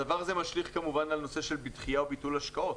הדבר הזה משליך כמובן על דחייה או ביטול השקעות.